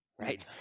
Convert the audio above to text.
right